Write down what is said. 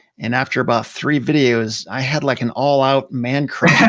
and after about three videos, i had like an all out man crush,